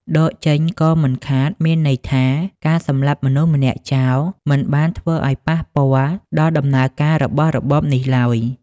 «ដកចេញក៏មិនខាត» មានន័យថា ការសម្លាប់មនុស្សម្នាក់ចោល មិនបានធ្វើឱ្យប៉ះពាល់ដល់ដំណើរការរបស់របបនេះឡើយ។